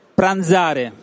pranzare